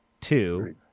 Two